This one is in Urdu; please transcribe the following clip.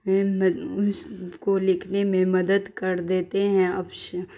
اس کو لکھنے میں مدد کر دیتے ہیں